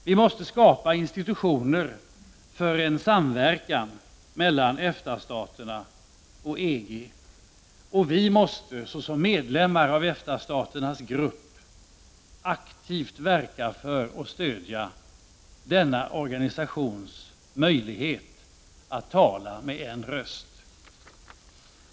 Vi måste skapa institutioner för en samverkan mellan EFTA-staterna och EG, och vi måste såsom medlemmar av EFTA-staternas grupp aktivt verka för och stödja denna organisations möjlighet att tala med en röst.